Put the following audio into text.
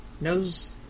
knows